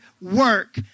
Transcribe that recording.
work